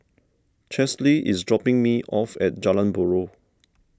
Chesley is dropping me off at Jalan Buroh